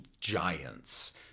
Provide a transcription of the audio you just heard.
giants